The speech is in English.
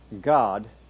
God